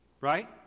right